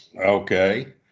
Okay